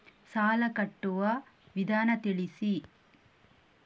ಸಾಲ ಕಟ್ಟುವ ವಿಧಾನ ತಿಳಿಸಿ?